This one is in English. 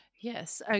Yes